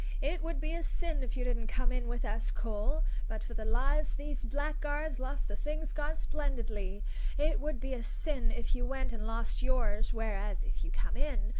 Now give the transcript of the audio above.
it would be a sin if you didn't come in with us, cole but for the lives these blackguards lost the thing's gone splendidly it would be a sin if you went and lost yours, whereas, if you come in,